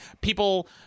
people